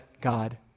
God